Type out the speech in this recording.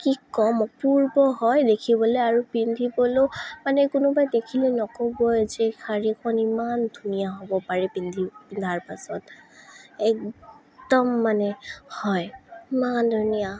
কি ক'ম অপূৰ্ব হয় দেখিবলৈ আৰু পিন্ধিবলৈও মানে কোনোবাই দেখিলে নক'বই যে শাড়ীখন ইমান ধুনীয়া হ'ব পাৰে পিন্ধি পিন্ধাৰ পাছত একদম মানে হয় ইমান ধুনীয়া